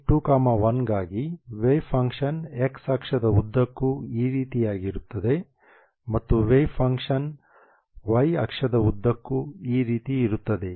ψ21ಗಾಗಿ wave function x ಅಕ್ಷದ ಉದ್ದಕ್ಕೂ ಈ ರೀತಿಯಾಗಿರುತ್ತದೆ ಮತ್ತು ವೇವ್ ಫಂಕ್ಷನ್ y ಅಕ್ಷದ ಉದ್ದಕ್ಕೂ ಈ ರೀತಿ ಇರುತ್ತದೆ